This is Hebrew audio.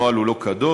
הנוהל לא קדוש,